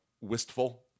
Wistful